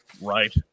Right